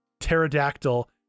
pterodactyl